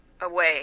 away